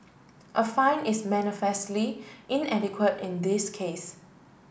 a fine is manifestly inadequate in this case